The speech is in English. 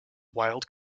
wild